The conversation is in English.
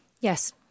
Yes